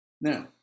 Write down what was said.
Now